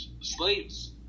slaves